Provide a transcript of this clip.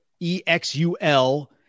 Exul